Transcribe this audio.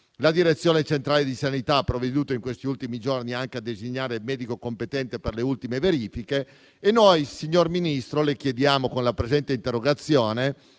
La direzione centrale di sanità ha provveduto in questi ultimi giorni anche a designare il medico competente per le ultime verifiche. Signor Ministro, le chiediamo con la presente interrogazione